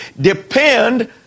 depend